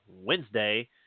Wednesday